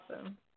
awesome